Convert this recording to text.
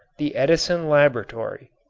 the edison laboratory.